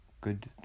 good